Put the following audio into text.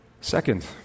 Second